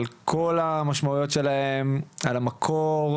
על כל המשמעויות שלהם, על המקור.